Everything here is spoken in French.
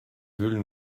veulent